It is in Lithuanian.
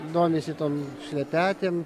domisi tom šlepetėm